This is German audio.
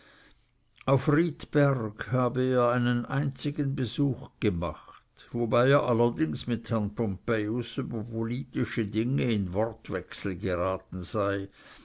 auf riedberg habe er einen einzigen besuch gemacht wobei er allerdings mit herrn pompejus über politische dinge in wortwechsel geraten sei